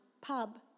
pub